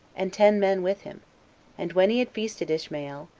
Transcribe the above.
and ten men with him and when he had feasted ishmael,